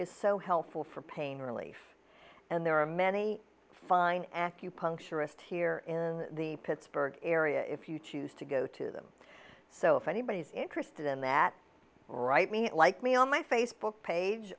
is so helpful for pain relief and there are many fine acupuncturist here in the pittsburgh area if you choose to go to them so if anybody's interested in that write me like me on my facebook page